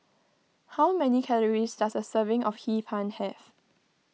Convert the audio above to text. how many calories does a serving of Hee Pan have